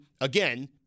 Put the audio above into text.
again